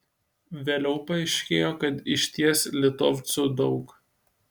vėliau paaiškėjo kad išties litovcų daug